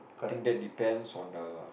think that depends on the